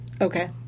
Okay